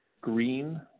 green